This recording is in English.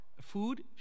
food